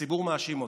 הציבור מאשים אותו.